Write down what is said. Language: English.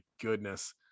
goodness